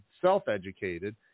self-educated